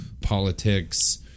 politics